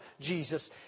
Jesus